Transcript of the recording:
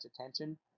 attention